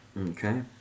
Okay